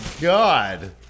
God